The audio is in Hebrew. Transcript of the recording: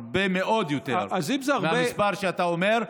הרבה הרבה יותר אז אם זה הרבה, מהמספר שאתה אומר.